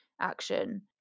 action